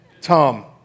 Tom